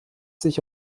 sich